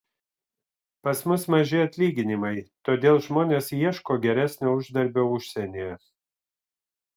pas mus maži atlyginimai todėl žmonės ieško geresnio uždarbio užsienyje